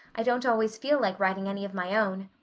i don't always feel like writing any of my own.